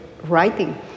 writing